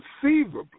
conceivably